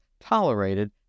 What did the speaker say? tolerated